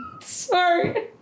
Sorry